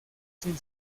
sin